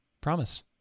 Promise